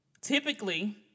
Typically